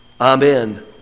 Amen